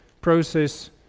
process